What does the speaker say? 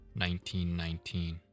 1919